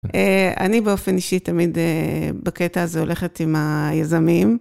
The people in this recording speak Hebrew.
אני באופן אישי תמיד בקטע הזה הולכת עם היזמים.